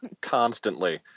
Constantly